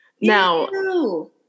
Now